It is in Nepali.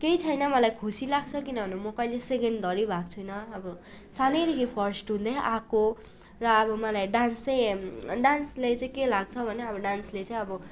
केही छैन मलाई खुसी लाग्छ किनभने म कहिल्यै सेकेन्डधरी भएको छुइनँ अब सानैदेखि फर्स्ट हुँदै आएको र अब मलाई डान्स चाहिँ डान्सले चाहिँ के लाग्छ भने अब डान्सले चाहिँ अब